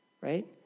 right